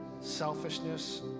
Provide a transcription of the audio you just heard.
selfishness